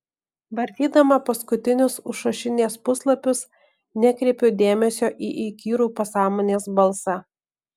vartydama paskutinius užrašinės puslapius nekreipiu dėmesio į įkyrų pasąmonės balsą